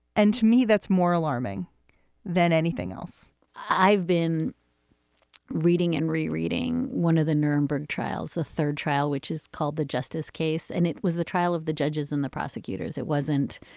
and to me, that's more alarming than anything else i've been reading and rereading. one of the nuremberg trials, the third trial, which is called the justice case. and it was the trial of the judges and the prosecutors. it wasn't,